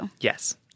Yes